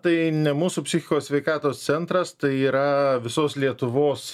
tai ne mūsų psichikos sveikatos centras tai yra visos lietuvos